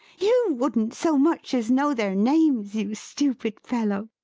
you wouldn't so much as know their names, you stupid fellow.